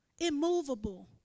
immovable